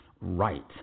right